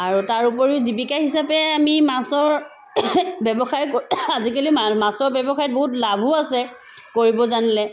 আৰু তাৰ উপৰিও জীৱিকা হিচাপে আমি মাছৰ ব্যৱসায় আজিকালি মাছৰ ব্যৱসায়ত বহুত লাভো আছে কৰিব জানিলে